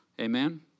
Amen